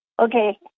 Okay